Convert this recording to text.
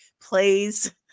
plays